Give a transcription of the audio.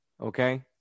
Okay